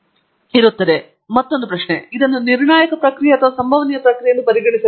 ಈಗ ಮತ್ತೊಮ್ಮೆ ಪ್ರಶ್ನೆ ನಾನು ಇದನ್ನು ನಿರ್ಣಾಯಕ ಪ್ರಕ್ರಿಯೆ ಅಥವಾ ಸಂಭವನೀಯ ಪ್ರಕ್ರಿಯೆ ಎಂದು ಪರಿಗಣಿಸಬೇಕೇ